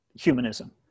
humanism